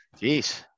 Jeez